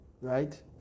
Right